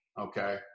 okay